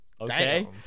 Okay